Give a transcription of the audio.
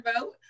vote